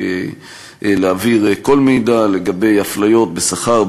להעביר כל מידע על אפליות בשכר,